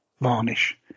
Varnish